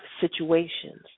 situations